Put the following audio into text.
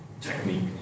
technique